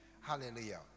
Hallelujah